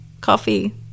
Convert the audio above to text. coffee